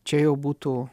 čia jau būtų